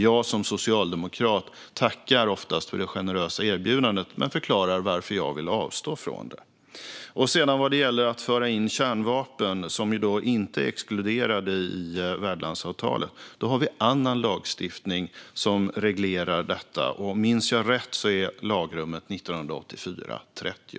Jag som socialdemokrat tackar oftast för det generösa erbjudandet men förklarar varför jag vill avstå från det. Vad gäller att föra in kärnvapen, som ju inte är exkluderade i värdlandsavtalet, har vi annan lagstiftning som reglerar detta. Minns jag rätt är lagrummet 1984:30.